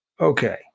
Okay